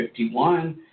51